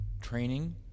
Training